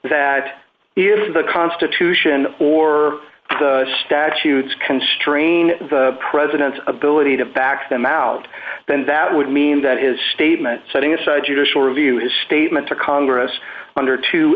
that if the constitution or statutes constrain the president's ability to back them out then that would mean that his statement setting aside judicial review his statement to congress